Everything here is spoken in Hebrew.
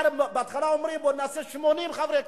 בהתחלה אומרים: נעשה 80 חברי כנסת,